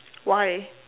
why